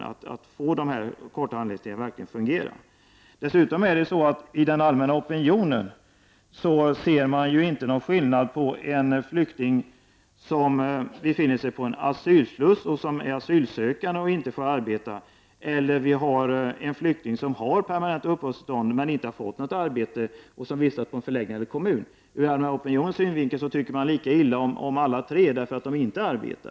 Vi måste verka för ett fungerande system som innebär att det verkligen blir kortare handläggningstider. När det gäller den allmänna opinionen ser man inte någon skillnad mellan den flykting som finns på en asylsluss, en asylsökande som inte får arbeta eller den flykting som har permanent uppehållstillstånd men som inte får något arbete och som därför måste vistas på en förläggning ute i någon kommun. Man tycker rent allmänt lika illa om alla dessa, därför att de inte arbetar.